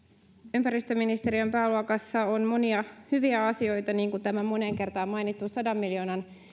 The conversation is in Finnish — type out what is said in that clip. ympäristöministeriön pääluokassa on monia hyviä asioita niin kuin tämä moneen kertaan mainittu sadan miljoonan